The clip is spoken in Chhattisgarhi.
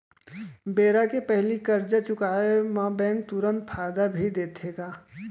बेरा के पहिली करजा चुकोय म बैंक तुरंत फायदा भी देथे का?